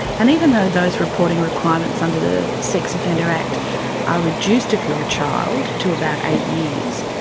and even though those reporting requirements under the sex offender act are reduced if you're a child to about eight years,